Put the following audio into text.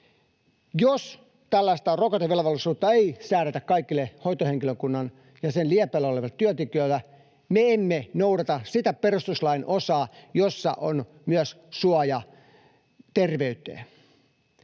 jos tällaista rokotevelvollisuutta ei säädetä kaikille hoitohenkilökunnalle ja sen liepeillä oleville työntekijöille, me emme noudata sitä perustuslain osaa, jossa on myös suoja terveydelle.